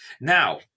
Now